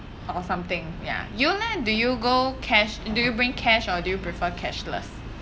or something ya you leh do you go cash do you bring cash or do you prefer cashless